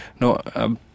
no